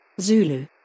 Zulu